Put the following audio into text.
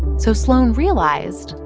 so sloan realized.